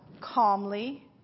calmly